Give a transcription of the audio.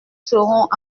serons